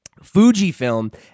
Fujifilm